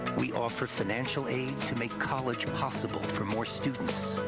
we offer financial aid to make college possible for more students.